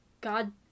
God